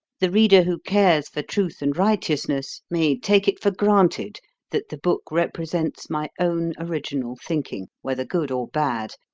the reader who cares for truth and righteousness may take it for granted that the book represents my own original thinking, whether good or bad,